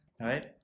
Right